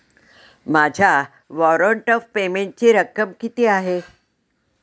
माझ्या warrant of पेमेंटची रक्कम किती आहे?